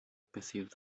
perceived